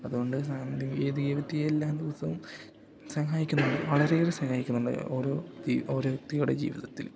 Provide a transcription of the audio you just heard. അതുകൊണ്ട് സാങ്കേതികവിദ്യ എല്ലാ ദിവസവും സഹായിക്കുന്നുണ്ട് വളരെയേറെ സഹായിക്കുന്നുണ്ട് ഓരോ വ്യക്തി ഓരോ വ്യക്തിയുടെ ജീവിതത്തിൽ